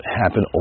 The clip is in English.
happen